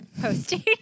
posting